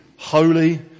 Holy